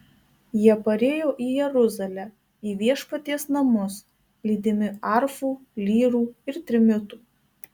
jie parėjo į jeruzalę į viešpaties namus lydimi arfų lyrų ir trimitų